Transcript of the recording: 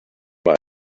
mine